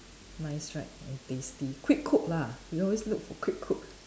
nice right and tasty quick cook lah we always look for quick cook